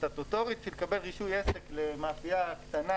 סטטוטורית כשהתקבל רישוי עסק למאפיה קטנה